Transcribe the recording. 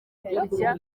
kujya